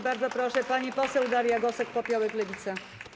Bardzo proszę, pani poseł Daria Gosek-Popiołek, Lewica.